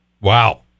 Wow